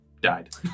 died